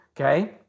Okay